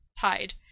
Tide